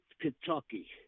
Kentucky